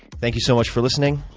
thank you so much for listening,